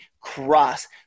Cross